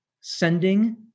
sending